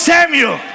Samuel